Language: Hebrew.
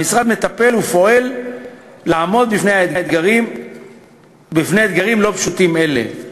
המשרד מטפל ופועל לעמוד בפני אתגרים לא פשוטים אלה.